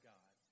God